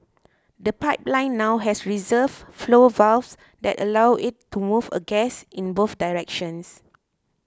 the pipeline now has reserve flow valves that allow it to move a gas in both directions